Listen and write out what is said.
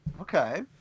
Okay